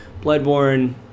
Bloodborne